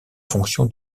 fonction